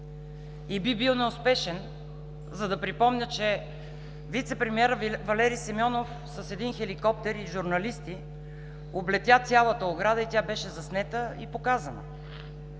и би бил неуспешен, за да припомня, че вицепремиерът Валери Симеонов с един хеликоптер и журналисти облетя цялата ограда и тя беше заснета и показана.